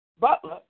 Butler